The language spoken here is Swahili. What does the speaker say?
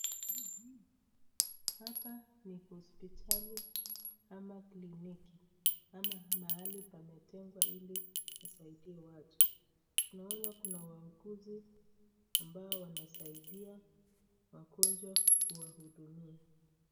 Hapa ni hospitali ama kliniki ama mahali pametengwa ili kusaidia watu. Tunaona kuna wauguzi ambao wanasaidia wagonjwa kuwahudumia.